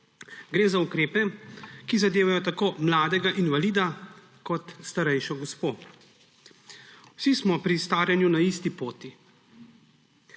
Gre za ukrepe, ki zadevajo tako mladega invalida kot starejšo gospo. Vsi smo pri staranju na isti poti.